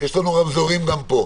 יש לנו רמזורים גם פה.